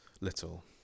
little